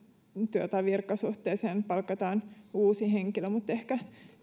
tai virkasuhteeseen palkataan uusi henkilö mutta ehkä